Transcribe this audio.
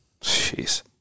Jeez